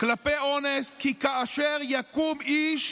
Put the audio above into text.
על אונס: "כי כאשר יקום איש